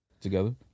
together